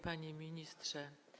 Panie Ministrze!